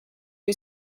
who